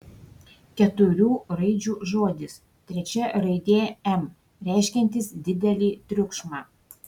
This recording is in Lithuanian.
keturių raidžių žodis trečia raidė m reiškiantis didelį triukšmą